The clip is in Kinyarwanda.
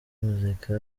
muzika